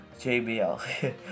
jbl